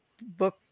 book